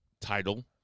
title